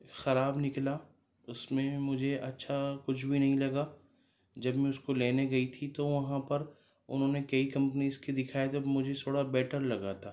خراب نِکلا اُس میں مجھے اچھا کچھ بھی نہیں لگا جب میں اُس کو لینے گئی تھی تو وہاں پر اُنہوں نے کئی کمپنیز کی دکھائے تب مجھے تھوڑا بیٹر لگا تھا